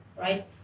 right